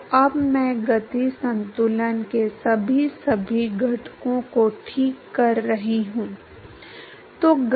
तो यह पाया गया कि जब eta 5 के बराबर लगभग 5 df by deta लगभग 099 था